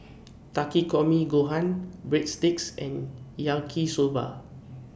Takikomi Gohan Breadsticks and Yaki Soba